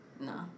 No